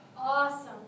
Awesome